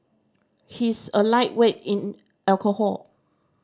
he is a lightweight in alcohol